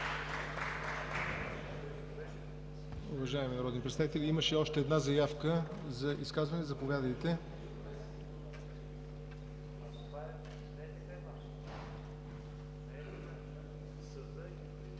Уважаеми народни представители, имаше и още една заявка за изказване. Заповядайте.